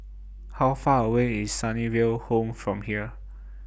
How Far away IS Sunnyville Home from here